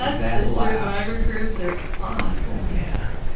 that's why ah survivor groups are awesome! yeah.